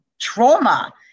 trauma